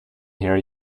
here